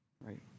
right